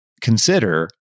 consider